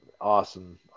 awesome